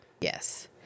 Yes